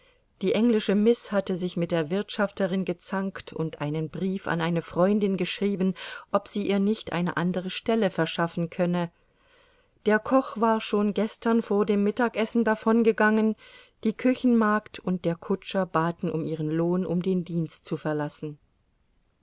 die englische miß hatte sich mit der wirtschafterin gezankt und einen brief an eine freundin geschrieben ob sie ihr nicht eine andere stelle verschaffen könne der koch war schon gestern vor dem mittagessen davongegangen die küchenmagd und der kutscher baten um ihren lohn um den dienst zu verlassen